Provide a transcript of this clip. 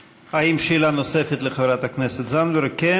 האם, שאלה נוספת לחברת הכנסת זנדברג?